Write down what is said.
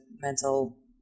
mental